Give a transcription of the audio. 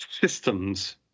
systems